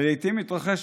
ולעיתים מתרחש,